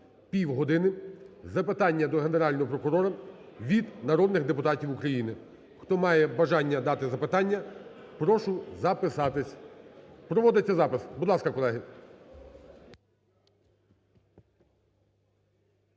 Півгодини – запитання до Генерального прокурора від народних депутатів України. Хто має бажання дати запитання. прошу записатись. Проводиться запис. Будь ласка, колеги.